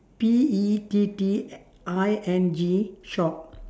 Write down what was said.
P E T T I N G shop